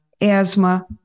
asthma